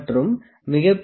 மற்றும் மிகப்பெரிய இலை 2